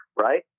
right